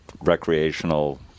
recreational